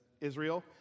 Israel